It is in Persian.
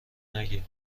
نگه